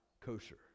kosher